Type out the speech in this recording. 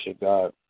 God